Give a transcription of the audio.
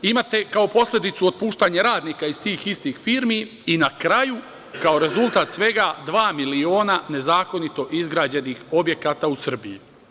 Imate kao posledicu otpuštanje radnika iz istih tih firmi i na kraju, kao rezultat svega, dva miliona nezakonito izgrađenih objekata u Srbiji.